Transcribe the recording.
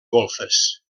golfes